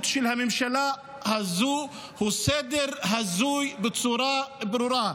של הממשלה הזאת הוא סדר הזוי בצורה ברורה.